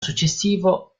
successivo